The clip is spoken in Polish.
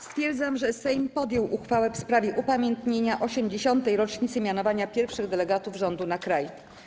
Stwierdzam, że Sejm podjął uchwałę w sprawie upamiętnienia 80. rocznicy mianowania pierwszych delegatów rządu na kraj.